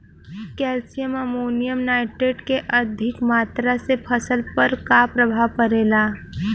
Calcium ammonium nitrate के अधिक मात्रा से फसल पर का प्रभाव परेला?